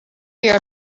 your